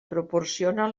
proporciona